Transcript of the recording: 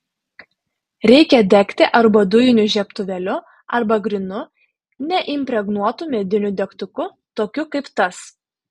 reikia degti arba dujiniu žiebtuvėliu arba grynu neimpregnuotu mediniu degtuku tokiu kaip tas